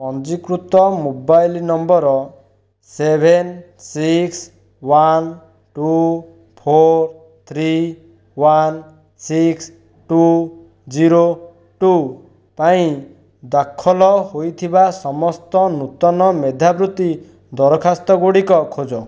ପଞ୍ଜୀକୃତ mobile number seven six one two four three one six two zero two ପାଇଁ ଦାଖଲ ହୋଇଥିବା ସମସ୍ତ ନୂତନ ମେଧାବୃତ୍ତି ଦରଖାସ୍ତଗୁଡ଼ିକ ଖୋଜ